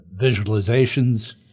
visualizations